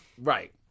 Right